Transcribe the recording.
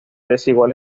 desigual